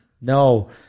No